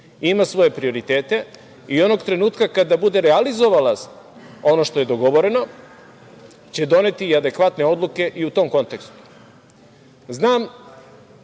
ima svoje prioritete i onog trenutka kada bude realizovala ono što je dogovoreno će doneti adekvatne odluke i u tom kontekstu. Znam